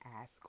ask